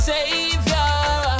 Savior